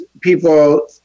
people